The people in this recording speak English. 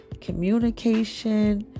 communication